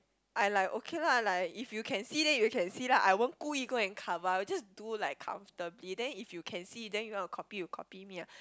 I like okay lah like if you can see then you can see lah I won't 故意 go and cover up just do like comfortably then if you can see then if you want to copy you copy me ah